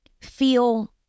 feel